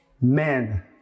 Men